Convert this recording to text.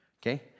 Okay